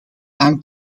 aan